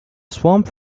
swamp